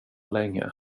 länge